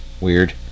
Weird